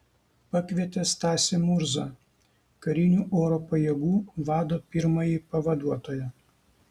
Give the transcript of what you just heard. pakvietė stasį murzą karinių oro pajėgų vado pirmąjį pavaduotoją